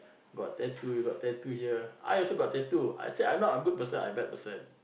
got tattoo you got tattoo here I also got tattoo I said I'm not a good person I bad person